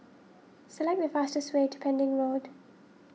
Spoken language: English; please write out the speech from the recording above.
select the fastest way to Pending Road